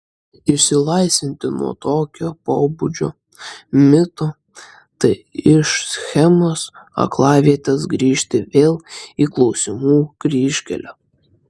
išsilaisvinti nuo tokio pobūdžio mito tai iš schemos aklavietės grįžti vėl į klausimų kryžkelę